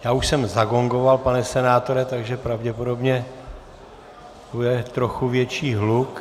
Já už jsem zagongoval, pane senátore, takže pravděpodobně bude trochu větší hluk.